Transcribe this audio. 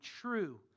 true